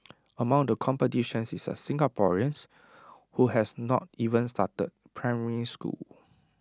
among the competitors is A Singaporean who has not even started primary school